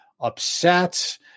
upset